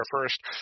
first